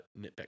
nitpick